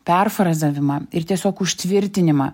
perfrazavimą ir tiesiog užtvirtinimą